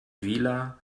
vila